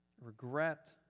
regret